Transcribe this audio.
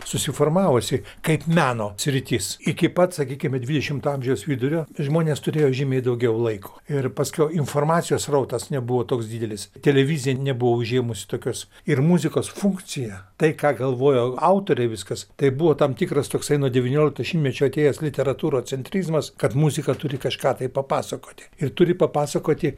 susiformavusi kaip meno sritis iki pat sakykime dvidešimto amžiaus vidurio žmonės turėjo žymiai daugiau laiko ir paskiau informacijos srautas nebuvo toks didelis televizija nebuvo užėmusi tokios ir muzikos funkcija tai ką galvojo autorė viskas tai buvo tam tikras stūksai nuo devyniolikto šimtmečio atėjęs literatūro centrizmas kad muzika turi kažką tai papasakoti ir turi papasakoti